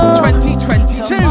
2022